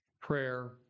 prayer